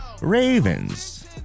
Ravens